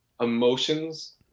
emotions